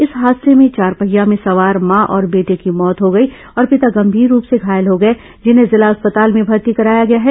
इस हादसे में चारपहिया में सवार मां और बेटे की मौत हो गई और पिता गंमीर रूप से घायल हो गए जिन्हें जिला अस्पताल में भर्ती कराया गया है